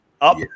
Up